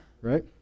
Right